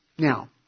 now